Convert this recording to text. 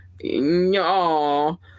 y'all